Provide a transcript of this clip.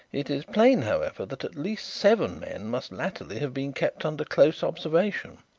it is plain, however, that at least seven men must latterly have been kept under close observation.